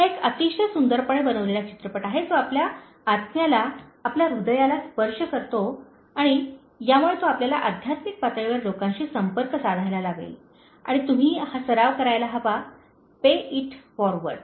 हा एक अतिशय सुंदरपणे बनलेला चित्रपट आहे जो आपल्या आत्म्याला आपल्या हृदयाला स्पर्श करतो आणि यामुळे तो आपल्याला आध्यात्मिक पातळीवर लोकांशी संपर्क साधायला लावेल आणि तुम्ही हा सराव करायला हवा पे इट फॉरवर्ड